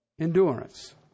endurance